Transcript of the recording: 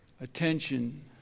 attention